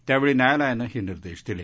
त्यावेळी न्यायालयानं हे निर्देश दिले